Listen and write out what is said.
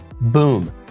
boom